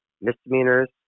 misdemeanors